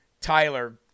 tyler